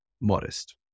modest